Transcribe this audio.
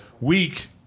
week